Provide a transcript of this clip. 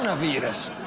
and virus!